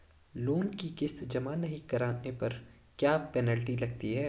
Loan की किश्त जमा नहीं कराने पर क्या पेनल्टी लगती है?